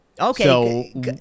Okay